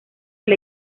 del